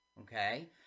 okay